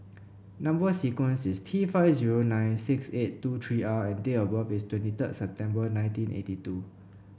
number sequence is T five zero nine six eight two three R and date of birth is twenty third September nineteen eighty two